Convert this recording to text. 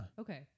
Okay